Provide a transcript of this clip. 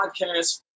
podcast